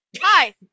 Hi